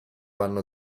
hanno